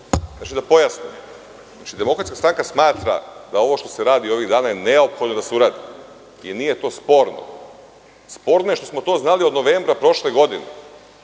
Šutanovac** Demokratska stranka smatra da ovo što se radi ovih dana je neophodno da se uradi i nije to sporno. Sporno je što smo to znali od novembra prošle godine,